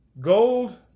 gold